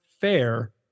fair